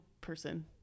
person